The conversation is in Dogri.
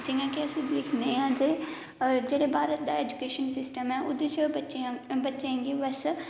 जि'यां के अस दिक्खने आं कि जेह्ड़ा भारत दे एजुकेशन सिस्टम ऐ ओह्दे च बच्चें गी बैसा